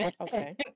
Okay